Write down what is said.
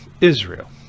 Israel